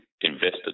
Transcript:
invested